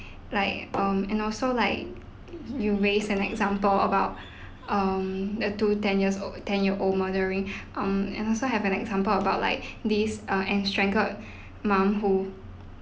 like um and also like you raise an example about um the two ten years ten year old murdering um and I also have an example about like this err estranged mum who